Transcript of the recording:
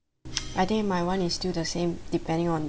I think my [one] is still the same depending on